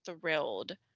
thrilled